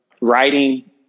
writing